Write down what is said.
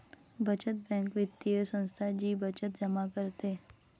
बचत बँक वित्तीय संस्था जी बचत जमा करते